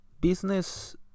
business